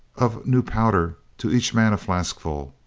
of new powder to each man a flask full.